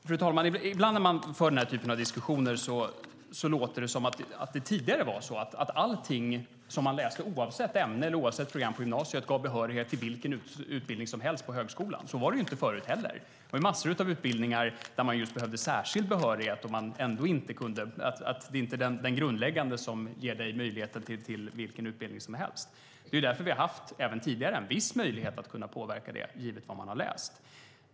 Fru talman! Ibland när man för denna typ av diskussion låter det som att det tidigare var så att allt som man läste, oavsett ämne eller program på gymnasiet, gav behörighet till vilken utbildning som helst på högskolan. Så var det inte. Det var många utbildningar där man behövde särskild behörighet. Det är inte den grundläggande behörigheten som ger eleverna möjligheter till vilken utbildning som helst. Det är därför som vi även tidigare har haft en viss möjlighet att påverka det, givet vad man har läst.